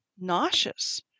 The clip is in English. nauseous